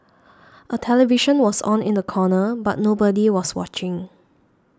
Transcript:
a television was on in the corner but nobody was watching